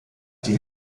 die